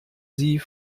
sie